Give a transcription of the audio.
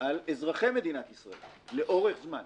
על אזרחי מדינת ישראל לאורך זמן.